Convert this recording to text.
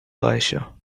reicher